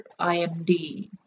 IMD